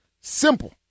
simple